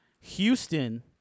Houston